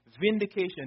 vindication